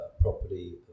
property